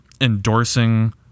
endorsing